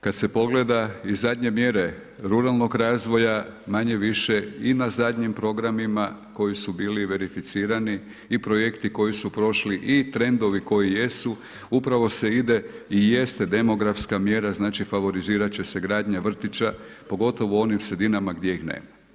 Kad se pogleda i zadnje mjere ruralnog razvoja, manje-više i na zadnjim programima koji su bili verificirani i projekti koji su prošli i trendovi koji jesu, upravo se ide i jeste demografska mjera, znači favorizirat će se gradnja vrtića, pogotovo u onim sredinama gdje ih nema.